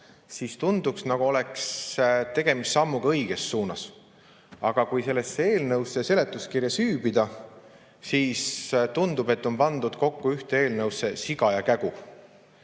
siis tundub, nagu oleks tegemist sammuga õiges suunas. Aga kui sellesse eelnõusse ja seletuskirja süüvida, siis tundub, et ühte eelnõusse on pandud